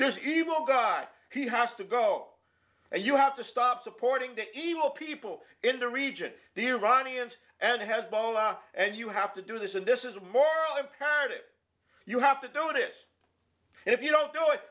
this evil guy he has to go and you have to stop supporting the evil people in the region the iranians and hezbollah and you have to do this and this is a moral imperative you have to do this and if you don't do it